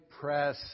press